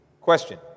Question